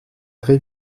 très